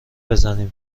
بزنیم